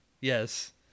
Yes